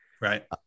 Right